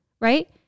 right